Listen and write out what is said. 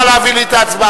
נא להביא לי את ההצבעה.